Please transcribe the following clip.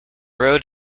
road